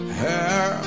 hair